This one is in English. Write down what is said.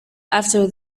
after